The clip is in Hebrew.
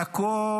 והכול,